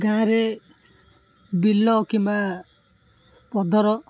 ଗାଁରେ ବିଲ କିମ୍ବା ପଧର